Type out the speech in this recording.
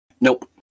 nope